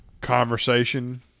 conversation